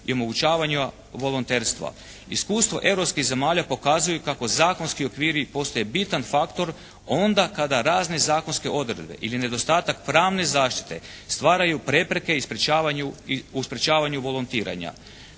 i omogućavanja volonterstva. Iskustva europskih zemalja pokazuju kako zakonski okviri postaju bitan faktor onda kada razne zakonske odredbe ili nedostatak pravne zaštite stvaraju prepreke i sprečavanju, u sprečavanju